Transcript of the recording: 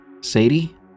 Sadie